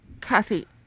Kathy